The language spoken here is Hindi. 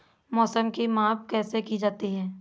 मौसम की माप कैसे की जाती है?